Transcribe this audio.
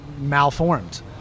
malformed